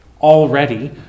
Already